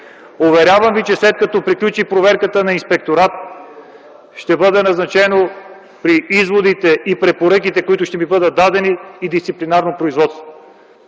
Уверявам ви, че след като приключи проверката на Инспектората, ще бъде назначено, при изводите и препоръките, които ще ни бъдат дадени, и дисциплинарно производство.